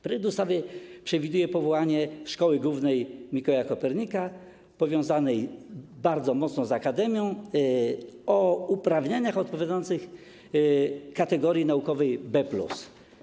Projekt ustawy przewiduje powołanie Szkoły Głównej Mikołaja Kopernika powiązanej bardzo mocno z akademią, o uprawnieniach odpowiadających kategorii naukowej B+.